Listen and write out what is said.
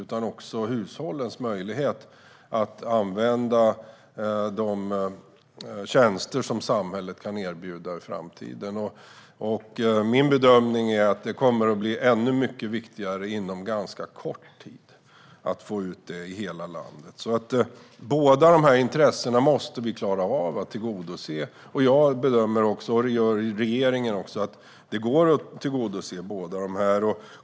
Även hushållens möjligheter att använda de tjänster som samhället kan erbjuda i framtiden kräver detta. Min bedömning är att det kommer att bli ännu viktigare inom ganska kort tid att få ut detta i hela landet. Därför måste vi klara av att tillgodose båda dessa intressen. Jag och den övriga regeringen bedömer att det går att tillgodose båda dessa intressen.